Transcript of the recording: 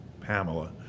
pamela